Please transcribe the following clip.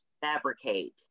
fabricate